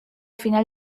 final